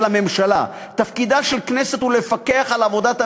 הממשלה: תפקידה של הכנסת הוא לפקח על עבודת הממשלה,